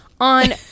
On